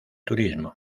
turismo